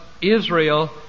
Israel